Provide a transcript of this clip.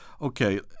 okay